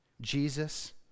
Jesus